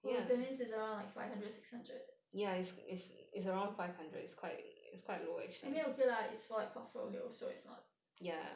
!wah! that means is around like five hundred six hundred I mean okay lah it's for like portfolio so is not